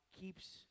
keeps